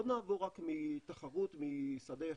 לא נעבור רק מתחרות משדה אחד,